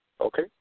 Okay